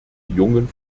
jungen